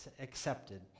accepted